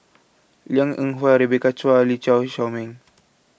Liang Eng Hwa Rebecca Chua Lee Shao Meng